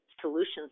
solutions